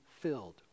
filled